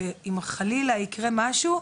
שאם חלילה יקרה משהו,